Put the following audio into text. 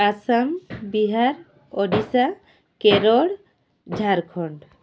Assam Bihar Odisha Kerala Jharkhand